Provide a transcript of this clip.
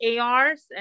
ARs